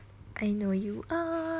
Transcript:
I know you are